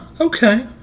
okay